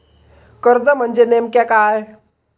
कर्ज म्हणजे नेमक्या काय?